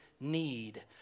need